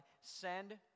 send